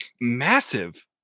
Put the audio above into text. massive